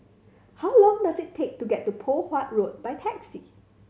how long does it take to get to Poh Huat Road by taxi